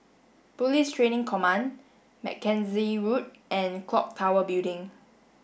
Police Training Command Mackenzie Road and Clock Tower Building